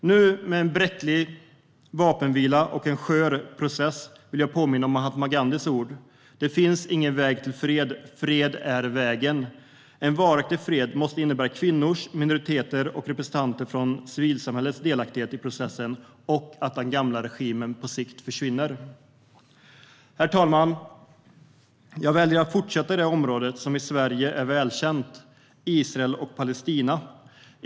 Nu, med en bräcklig vapenvila och en skör process, vill jag påminna om Mahatma Gandhis ord: Det finns ingen väg till fred - fred är vägen. En varaktig fred måste innebära kvinnors, minoriteters och civilsamhällets representanters delaktighet i processen och att den gamla regimen på sikt försvinner. Herr talman! Jag väljer att fortsätta i det område som i Sverige är välkänt, Israel och Palestina.